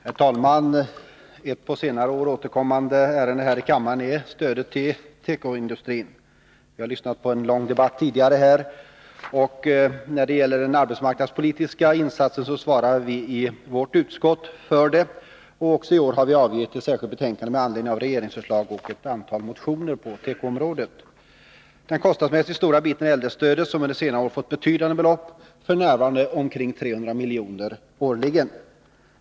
Herr talman! Ett på senare år återkommande ärende här i kammaren är stödet till tekoindustrin. Vi har lyssnat till en lång debatt tidigare i dag. De arbetsmarknadspolitiska insatserna svarar vi i vårt utskott för, och vi har avgivit ett särskilt betänkande med anledning av ett regeringsförslag och ett antal motioner på tekoområdet. Den kostnadsmässsigt stora biten är äldrestödet, som under senare år fått betydande belopp, f. n. omkring 300 milj.kr. årligen.